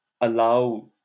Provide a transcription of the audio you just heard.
allow